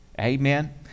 Amen